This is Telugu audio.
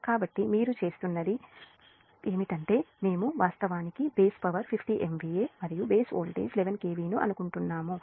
కాబట్టి మీరు చేస్తున్నది ఏమిటంటే మేము వాస్తవానికి బేస్ పవర్ 50 MVA మరియు బేస్ వోల్టేజ్ 11 kV ను అనుకుంటున్నా ము